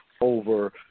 over